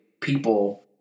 people